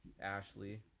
Ashley